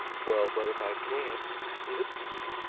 well, but if i can't look here.